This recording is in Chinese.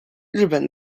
日本